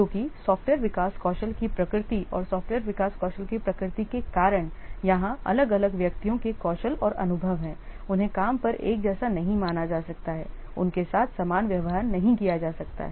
क्योंकि सॉफ्टवेयर विकास कौशल की प्रकृति और सॉफ्टवेयर विकास की प्रकृति के कारण यहां अलग अलग व्यक्तियों के कौशल और अनुभव हैं उन्हें काम पर एक जैसा नहीं माना जा सकता है उनके साथ समान व्यवहार नहीं किया जा सकता है